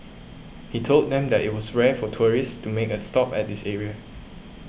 he told them that it was rare for tourists to make a stop at this area